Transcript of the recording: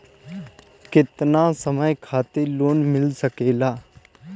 केतना समय खातिर लोन मिल सकेला?